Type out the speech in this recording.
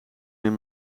meer